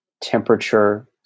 temperature